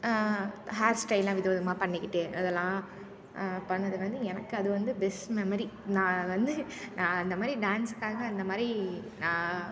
ஹேர்ஸ்டைல்லாம் விதவிதமாக பண்ணிக்கிட்டு அதெல்லாம் பண்ணது வந்து எனக்கு அது வந்து பெஸ்ட் மெமரி நான் வந்து நான் அந்தமாதிரி டான்ஸுக்காக அந்தமாதிரி நான்